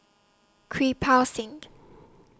Kirpal Singh